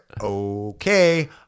okay